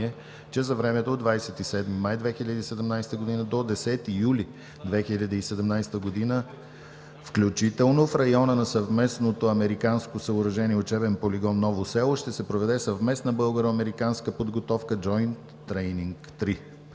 че за времето от 27 май 2017 г. до 10 юли 2017 г. включително в района на съвместното американско съоръжение „Учебен полигон „Ново село“ ще се проведе съвместна българо-американска подготовка „Джойнт трейнинг 3“.